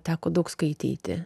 teko daug skaityti